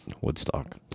Woodstock